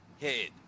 head